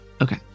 Okay